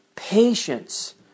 patience